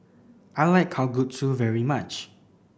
I like Kalguksu very much